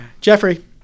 Jeffrey